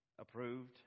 Approved